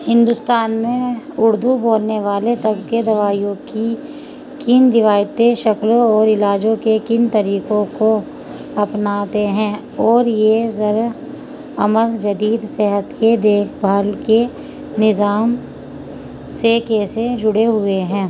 ہندوستان میں اردو بولنے والے طبقے دوائیوں کی کن روایتی شکلوں اور علاجوں کے کن طریقوں کو اپناتے ہیں اور یہ ذرا عمل جدید صحت کے دیکھ بھال کے نظام سے کیسے جڑے ہوئے ہیں